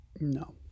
no